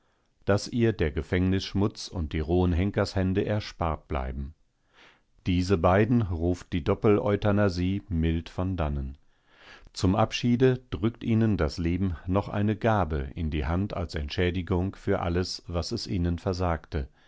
daß ihr der gefängnisschmutz und die rohen henkershände erspart bleiben diese beiden ruft die doppel euthanasie mild von dannen zum abschiede drückt ihnen das leben noch eine gabe in die hand als entschädigung für alles das was es ihnen versagte